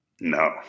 no